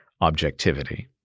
objectivity